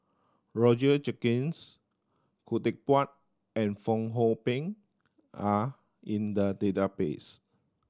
Roger Jenkins Khoo Teck Puat and Fong Hoe Beng are in the database